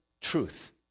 truth